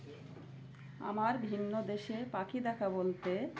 আমার ভিন্ন দেশে পাখি দেখা বলতে